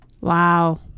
Wow